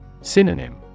Synonym